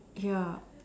ya